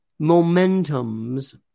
momentums